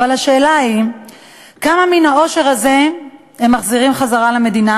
אבל השאלה היא כמה מן העושר הזה הם מחזירים למדינה,